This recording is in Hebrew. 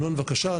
בבקשה.